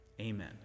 Amen